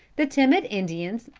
the timid indians,